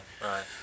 Right